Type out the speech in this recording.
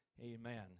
amen